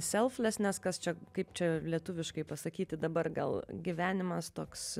selfnesnes kas čia kaip čia lietuviškai pasakyti dabar gal gyvenimas toks